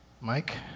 Mike